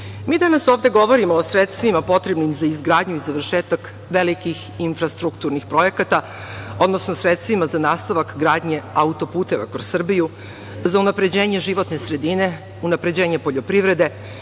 mi danas ovde govorimo o sredstvima potrebnim za izgradnju i završetak velikih infrastrukturnih projekata, odnosno sredstvima za nastavak gradnje autoputeva kroz Srbiju, za unapređenje životne sredine, unapređenje poljoprivrede,